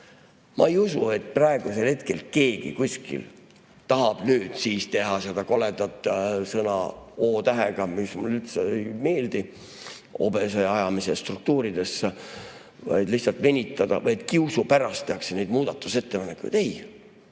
Ma ei usu, et praegu keegi kuskil tahab nüüd siis teha seda koledat sõna O-tähega, mis mulle üldse ei meeldi, obese ajamise struktuuridesse, vaid lihtsalt venitada, et kiusu pärast tehakse neid muudatusettepanekuid.